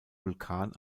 vulkan